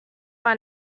are